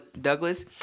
Douglas